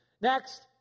Next